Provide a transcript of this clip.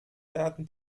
werden